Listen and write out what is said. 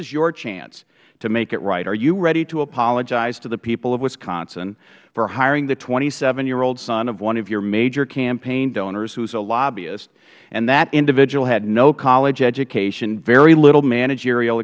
is your chance to make it right are you ready to apologize to the people of wisconsin for hiring the twenty seven year old son of one of your major campaign donors who is a lobbyist and that individual had no college education very little managerial